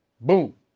Boom